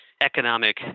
economic